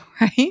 Right